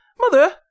mother